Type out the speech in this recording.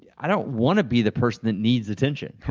i don't want to be the person that needs attention.